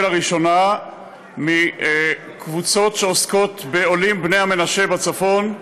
לראשונה מקבוצות שעוסקות בעולים בני המנשה בצפון,